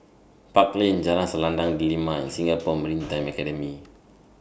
Park Lane Jalan Selendang Delima and Singapore Maritime Academy